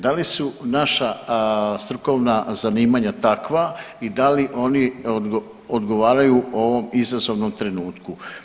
Da li su naša strukovna zanimanja takva i da li oni odgovaraju ovom izazovnom trenutku.